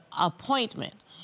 appointment